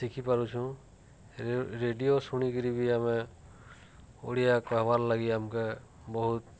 ଶିଖିପାରୁଛୁଁ radio ଶୁଣିକରି ବି ଆମେ ଓଡ଼ିଆ କ ହେବାର୍ ଲାଗି ଆମକେ ବହୁତ